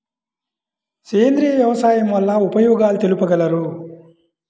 సేంద్రియ వ్యవసాయం వల్ల ఉపయోగాలు తెలుపగలరు?